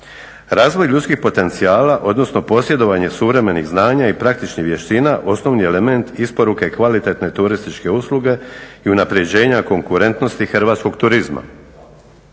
Razvoj ljudskih potencijala, odnosno posjedovanje suvremenih znanja i praktičnih vještina osnovni je element isporuke kvalitetne turističke usluge i unapređenja konkurentnosti hrvatskog turizma.